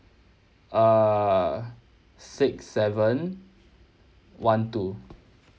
err six seven one two